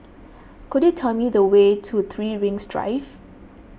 could you tell me the way to three Rings Drive